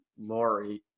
Lori